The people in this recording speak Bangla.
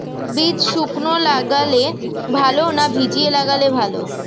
বীজ শুকনো লাগালে ভালো না ভিজিয়ে লাগালে ভালো?